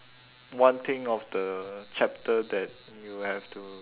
one thing of the chapter that you have to